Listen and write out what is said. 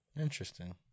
Interesting